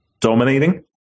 dominating